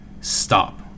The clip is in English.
stop